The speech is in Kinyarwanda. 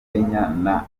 umwanya